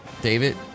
David